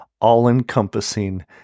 all-encompassing